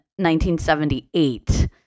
1978